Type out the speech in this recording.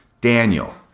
Daniel